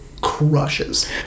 crushes